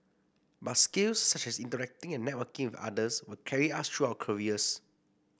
but skills such as interacting and networking with others will carry us through our careers